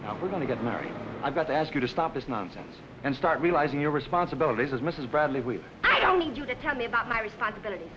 too we're going to get married i've got to ask you to stop this nonsense and start realising your responsibilities as mrs bradley we don't need you to tell me about my responsibility